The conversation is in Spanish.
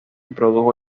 produjo